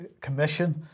Commission